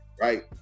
right